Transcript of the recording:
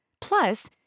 Plus